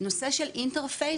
נושא של אינטרספייס